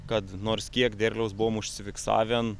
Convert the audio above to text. kad nors kiek derliaus buvom užfiksavę